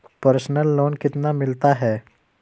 Personal loan कितना मिलता है?